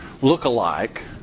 lookalike